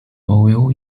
oil